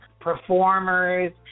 performers